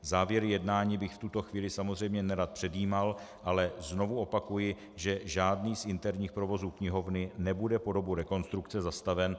Závěr jednání bych v tuto chvíli samozřejmě nerad předjímal, ale znovu opakuji, že žádný z interních provozů knihovny nebude po dobu rekonstrukce zastaven.